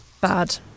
bad